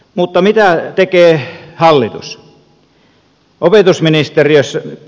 mutta mitä tekee hallitus